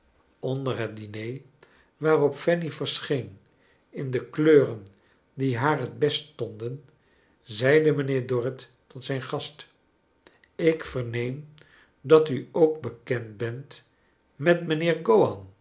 onder het diner waarop fanny verscheen in de kleuren die haar het best stonden zeide mijnheer dorrit tot zijn gast ik verneem dat u ook bekend bent met mijnheer